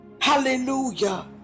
Hallelujah